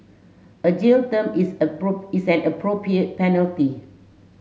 a jail term is a is an appropriate penalty